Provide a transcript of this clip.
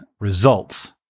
results